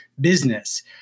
business